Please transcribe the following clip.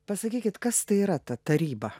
pasakykit kas tai yra taryba